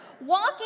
Walking